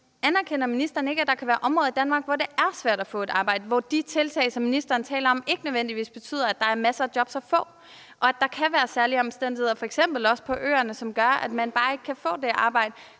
anerkender ministeren ikke, at der kan være områder i Danmark, hvor det er svært at få et arbejde, og hvor de tiltag, som ministeren taler om, ikke nødvendigvis betyder, at der er masser af jobs at få; og at der kan være særlige omstændigheder, f.eks. også på øerne, som gør, at man bare ikke kan få det arbejde?